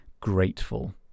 grateful